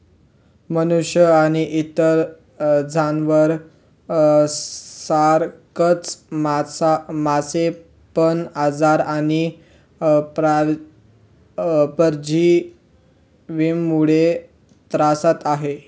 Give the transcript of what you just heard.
मनुष्य आणि इतर जनावर सारखच मासे पण आजार आणि परजीवींमुळे त्रस्त आहे